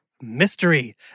Mystery